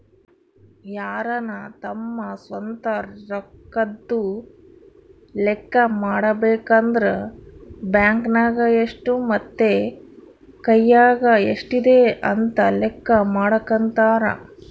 ಯಾರನ ತಮ್ಮ ಸ್ವಂತ ರೊಕ್ಕದ್ದು ಲೆಕ್ಕ ಮಾಡಬೇಕಂದ್ರ ಬ್ಯಾಂಕ್ ನಗ ಎಷ್ಟು ಮತ್ತೆ ಕೈಯಗ ಎಷ್ಟಿದೆ ಅಂತ ಲೆಕ್ಕ ಮಾಡಕಂತರಾ